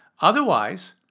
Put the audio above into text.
Otherwise